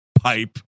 pipe